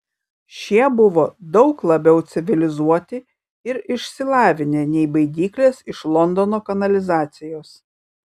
šie buvo daug labiau civilizuoti ir išsilavinę nei baidyklės iš londono kanalizacijos